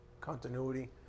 continuity